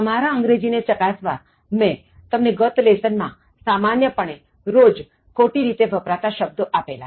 તમારા અંગ્રેજી ને ચકાસવા મેં તમને ગત લેસનમાં સામાન્યપણે રોજ ખોટી રીતે વપરાતા શબ્દો આપેલા